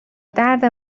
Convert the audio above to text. درد